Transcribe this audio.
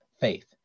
faith